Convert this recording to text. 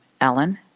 Ellen